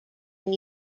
new